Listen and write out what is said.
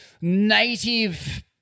native